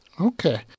Okay